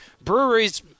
breweries